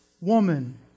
woman